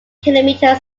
kilometre